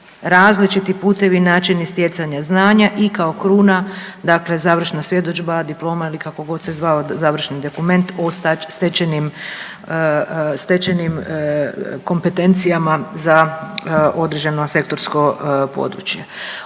različiti putovi načina stjecanja znanja i kao kruna dakle završna svjedodžba, diploma ili kako god se zvao završni dokument o stečenim kompetencijama za određeno sektorsko područje.